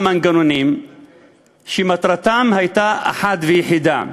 מנגנונים שמטרתם הייתה אחת ויחידה: